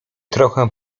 trochę